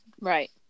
right